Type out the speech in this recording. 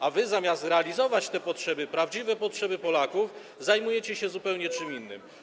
A wy zamiast realizować te potrzeby, prawdziwe potrzeby Polaków, zajmujecie się czymś zupełnie innym.